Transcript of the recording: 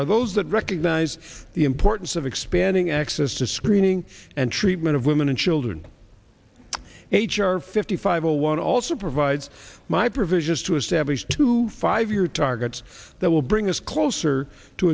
are those that recognize the importance of expanding access to screening and treatment of women and children h r fifty five zero one also provides my provisions to establish two five year targets that will bring us closer to